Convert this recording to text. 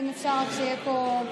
אם אפשר רק שיהיה פה אפשרי.